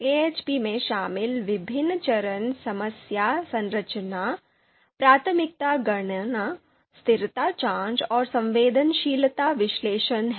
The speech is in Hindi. एएचपी में शामिल विभिन्न चरण समस्या संरचना प्राथमिकता गणना स्थिरता जांच और संवेदनशीलता विश्लेषण हैं